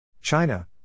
China